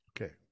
Okay